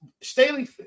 Staley